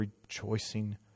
rejoicing